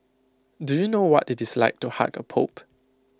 do you know what IT is like to hug A pope